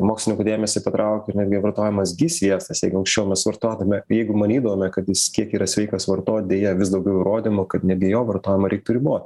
mokslininkų dėmesį patraukia ir netgi vartojamas gi sviestas jeigu anksčiau mes vartotume jeigu manydavome kad jis kiek yra sveikas vartot deja vis daugiau įrodymų kad netgi jo vartojimą reiktų ribot